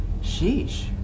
sheesh